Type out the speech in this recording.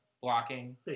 blocking